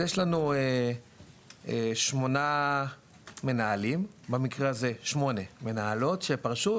יש לנו שמונה מנהלות שפרשו,